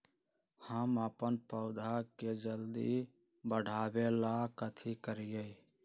हम अपन पौधा के जल्दी बाढ़आवेला कथि करिए?